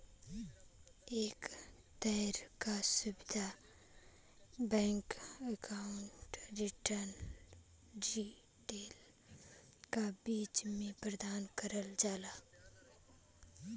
एक तरे क सुविधा जौन बैंक आउर रिटेलर क बीच में प्रदान करल जाला